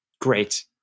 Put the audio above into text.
Great